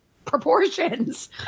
proportions